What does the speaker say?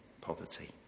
poverty